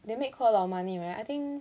they make quite a lot of money right I think